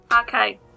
Okay